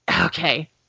Okay